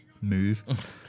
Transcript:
move